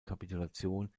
kapitulation